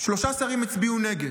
שלושה שרים הצביעו נגד.